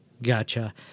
Gotcha